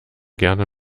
gerne